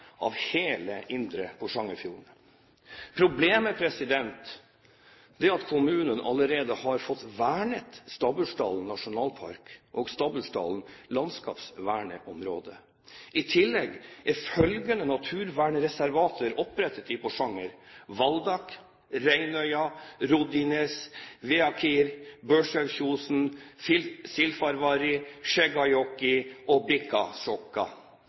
av hele indre Porsangerfjorden. Problemet er at kommunen allerede har fått vernet Stabbursdalen nasjonalpark og Stabbursdalen landskapsvernområde. I tillegg er følgende naturvernreservater opprettet i Porsanger: Valdak, Reinøya, Roddines, Viekker, Børselvosen, Silfarvarri, Cag‘jegjåkka og